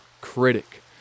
Critic